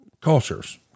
cultures